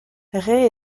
ray